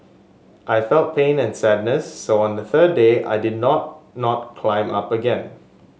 I felt pain and sadness so on the third day I did not not climb up again